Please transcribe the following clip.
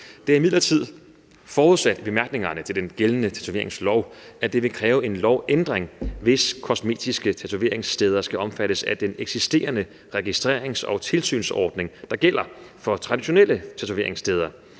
Det er imidlertid forudsat i bemærkningerne til den gældende tatoveringslov, at det vil kræve en lovændring, hvis kosmetiske tatoveringssteder skal omfattes af den eksisterende registrerings- og tilsynsordning, der gælder for traditionelle tatoveringssteder,